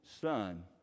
son